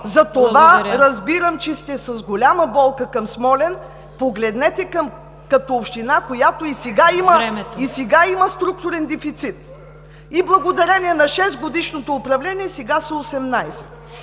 Затова разбирам, че сте с голяма болка към Смолян. Погледнете я като община, която и сега има структурен дефицит. Благодарение на шестгодишното управление сега са 18!